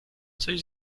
coś